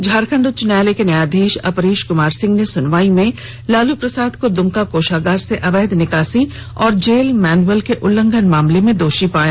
झारखंड उच्च न्यायालय के न्यायाधीश अपरेश कुमार सिंह ने सुनवाई में लालू प्रसाद को दुमका कोषागार से अवैध निकासी और जेल मैनुअल के उल्लंघन मामले में दोषी पाया